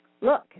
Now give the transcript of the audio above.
look